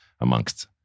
amongst